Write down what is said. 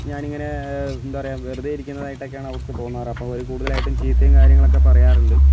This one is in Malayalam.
ഞാനിങ്ങനെ എന്താ പറയുക വെറുതെ ഇരിക്കുന്നതായിട്ട് ഒക്കെ ആണ് അവര്ക്ക് തോന്നാറ് അപ്പോൾ അവര് കൂടുതലായിട്ടും ചീത്തയും കാര്യങ്ങളും ഒക്കെ പറയാറുണ്ട്